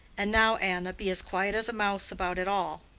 and now, anna, be as quiet as a mouse about it all.